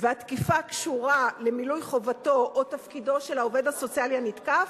והתקיפה קשורה למילוי חובתו או תפקידו של העובד הסוציאלי הנתקף,